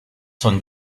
sont